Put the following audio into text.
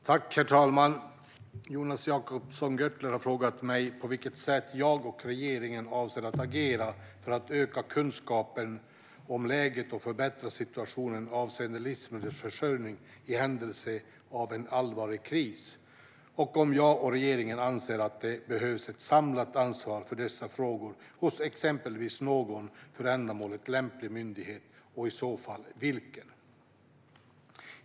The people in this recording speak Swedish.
Herr talman! Jonas Jacobsson Gjörtler har frågat mig på vilket sätt jag och regeringen avser att agera för att öka kunskapen om läget och förbättra situationen avseende livsmedelsförsörjning i händelse av en allvarlig kris och om jag och regeringen anser att det behövs ett samlat ansvar för dessa frågor hos exempelvis någon för ändamålet lämplig myndighet och i så fall vilken.